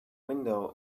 window